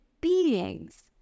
beings